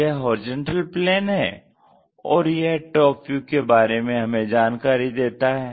यह HP है और यह TV के बारे में हमें जानकारी देता है